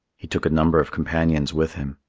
he took a number of companions with him.